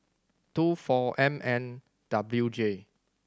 two four M N W J